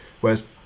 whereas